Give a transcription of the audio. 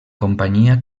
companyia